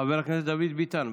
חבר הכנסת דוד ביטן,